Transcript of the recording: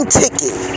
ticket